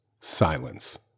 Silence